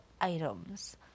items